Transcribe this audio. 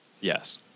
Yes